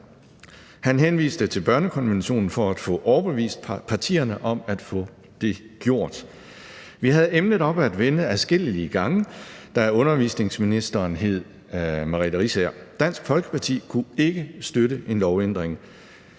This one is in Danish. Man henviste til børnekonventionen for at få overbevist partierne om at få det gjort. Vi havde emnet op at vende adskillige gange, da undervisningsministeren hed Merete Riisager. Dansk Folkeparti kunne ikke støtte en lovændring.